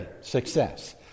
success